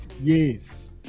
yes